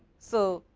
so,